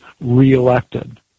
re-elected